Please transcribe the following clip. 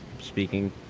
speaking